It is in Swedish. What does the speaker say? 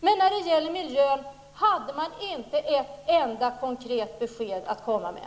Men när det gäller miljön hade man inte ett enda konkret besked att komma med!